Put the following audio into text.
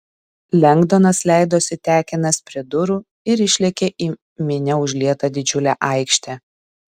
lengdonas leidosi tekinas prie durų ir išlėkė į minia užlietą didžiulę aikštę